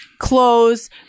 clothes